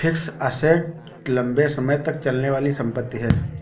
fixed assets लंबे समय तक चलने वाली संपत्ति है